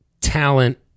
talent